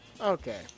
Okay